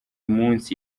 munsi